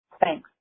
Thanks